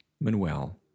Manuel